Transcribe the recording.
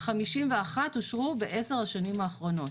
51 אושרו בעשר השנים האחרונות,